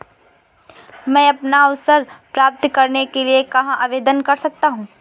मैं अपना आवास प्राप्त करने के लिए कहाँ आवेदन कर सकता हूँ?